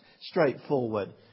straightforward